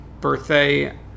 birthday